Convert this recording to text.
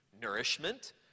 Nourishment